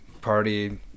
party